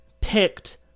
picked